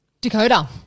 Dakota